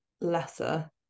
lesser